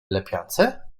lepiance